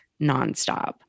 nonstop